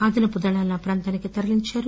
అదనపు దళాలను ఆ ప్రాంతానికి తరలిందారు